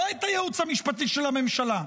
לא את הייעוץ המשפטי של הממשלה,